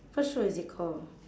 what show is it call